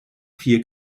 vier